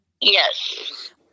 Yes